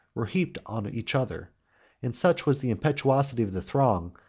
were heaped on each other and such was the impetuosity of the throng,